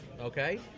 Okay